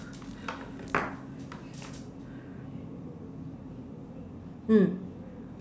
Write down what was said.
mm